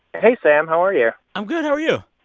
hey, sam. how are you? i'm good. how are you?